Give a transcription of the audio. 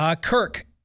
Kirk